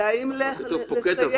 והאם לסייג את זה לנסיבות יותר חריגות?